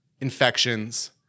infections